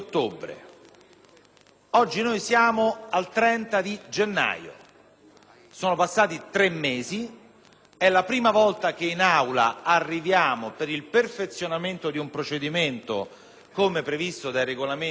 oggi siamo alla fine di gennaio, sono passati tre mesi; è la prima volta che in Aula arriviamo per il perfezionamento di un procedimento, come previsto dal Regolamento del Senato;